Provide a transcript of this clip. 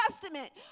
Testament